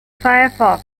firefox